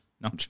No